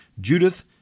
Judith